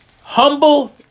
humble